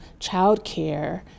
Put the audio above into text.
childcare